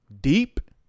deep